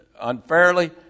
unfairly